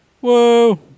Whoa